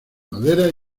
madera